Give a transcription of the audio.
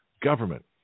government